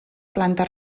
planta